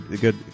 good